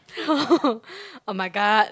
oh [oh]-my-god